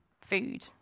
food